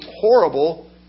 horrible